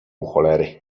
cholery